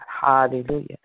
Hallelujah